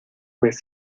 pues